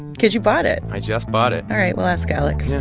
because you bought it i just bought it all right. we'll ask alex yeah.